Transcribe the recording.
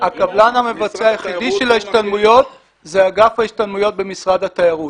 הקבלן המבצע היחיד של ההשתלמויות זה אגף ההשתלמויות במשרד התיירות.